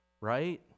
right